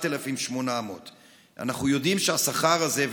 7,800. אנחנו יודעים שהשכר הזה,